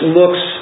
looks